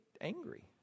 angry